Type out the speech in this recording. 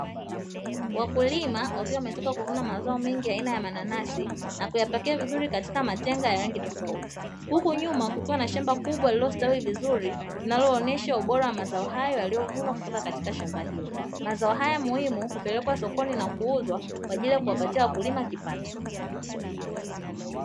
Wakulima wakiwa wametoka kuvuna mazao mengi aina ya mananasi na kuyapakia vizuri katika matenga ya rangi tofauti, huku nyuma kukiwa na shamba kubwa lililo stawi vizuri, linaloonyesha ubora wa mazao hayo yaliyovunwa kutoka katika shamba hilo. Mazao haya muhimu hupelekwa sokoni na kuuzwa kwa ajili ya kuwapatia wakulima kipato.